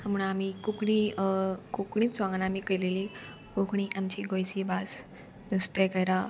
म्हूण आमी कोंकणी कोंकणीच सोंगान आमी केलेली कोंकणी आमची गोंयची भास नुस्तें केला